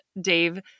Dave